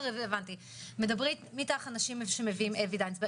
מדברים איתך אנשים שמביאים evidence based.